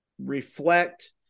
reflect